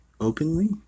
openly